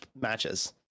matches